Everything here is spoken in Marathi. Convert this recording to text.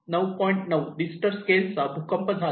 9 रिश्टर स्केलचा भूकंप झाला